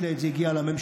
מעת לעת זה הגיע לממשלה.